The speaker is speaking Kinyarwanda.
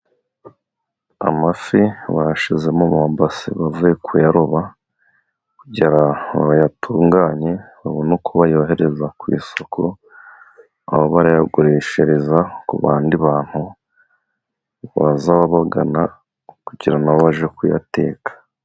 Amafi bashyize mu mabase bavuye kuyaroba, kugira ngo bayatunganye babone uko bayohereza ku isuku, aho barayagurishiriza ku bandi bantu baza babagana, kugira ngo na bo bajye kuyateka.